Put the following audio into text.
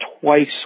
twice